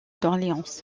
d’orléans